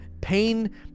Pain